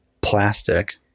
plastic